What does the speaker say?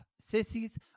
Sissies